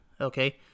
okay